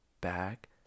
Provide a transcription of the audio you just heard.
back